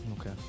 Okay